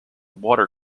water